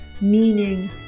meaning